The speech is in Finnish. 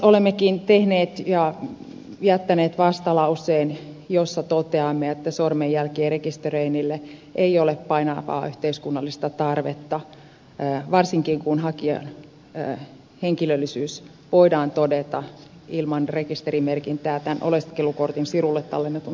olemmekin tehneet ja jättäneet vastalauseen jossa toteamme että sormenjälkien rekisteröinnille ei ole painavaa yhteiskunnallista tarvetta varsinkin kun henkilöllisyys voidaan todeta ilman rekisterimerkintää tämän oleskelukortin sirulle tallennetun sormenjäljen avulla